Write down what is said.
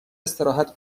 استراحت